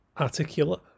articulate